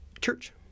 church